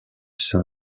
san